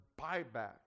buyback